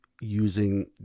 using